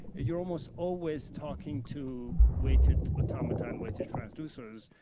you're almost always talking to weighted automaton, weighted transducers,